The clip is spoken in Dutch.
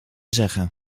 zeggen